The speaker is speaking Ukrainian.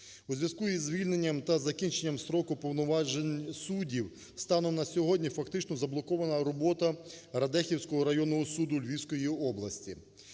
У зв'язку із звільненням та закінченням строку повноважень суддів станом на сьогодні фактично заблокована робота Радехівського районного суду Львівської області.